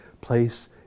place